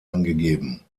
angegeben